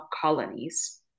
colonies